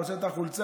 פושט את החולצה,